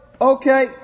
Okay